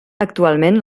actualment